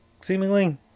seemingly